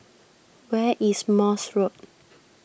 where is Morse Road